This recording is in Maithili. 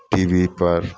T V per